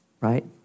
right